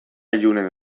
ilunen